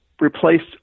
replaced